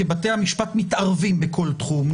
כי בתי המשפט מתערבים בכל תחום,